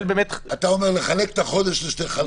אתה אומר לחלק את החודש לשני חלקים.